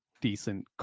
decent